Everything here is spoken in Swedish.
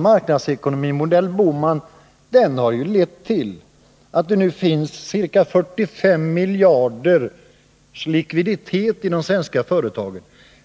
Marknadsekonomin modell Bohman har lett till att de svenska företagens likviditet nu uppgår till ca 45 miljarder.